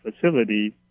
facilities